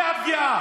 זה פגיעה,